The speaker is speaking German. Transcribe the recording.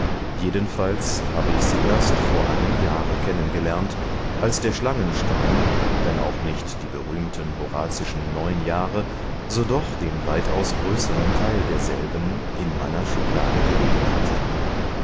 jedenfalls habe ich sie erst vor einem jahre kennen gelernt als der schlangenstein wenn auch nicht die berühmten horazischen neun jahre so doch den weitaus größeren teil derselben in meiner schublade gelegen hatte